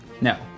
No